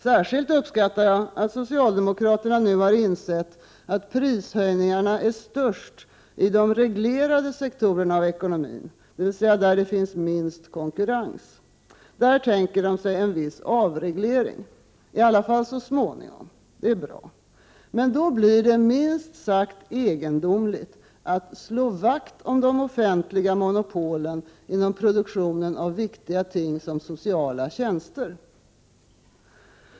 Särskilt uppskattar jag att socialdemokraterna nu har insett att prishöjningarna är störst i de reglerade sektorerna i ekonomin, dvs. där det finns minst konkurrens. Där tänker de sig en viss avreglering, i alla fall så småningom. Det är bra. Men då blir det minst sagt egendomligt att slå vakt om de offentliga monopolen inom produktionen av så viktiga ting som sociala tjänster.